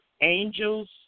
angels